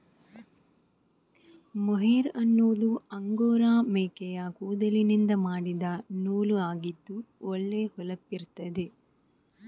mohair ಅನ್ನುದು angora ಮೇಕೆಯ ಕೂದಲಿನಿಂದ ಮಾಡಿದ ನೂಲು ಆಗಿದ್ದು ಒಳ್ಳೆ ಹೊಳಪಿರ್ತದೆ